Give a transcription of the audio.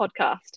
podcast